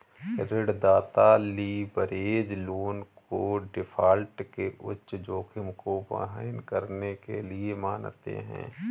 ऋणदाता leverage loan को default के उच्च जोखिम को वहन करने के लिए मानते हैं